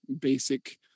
basic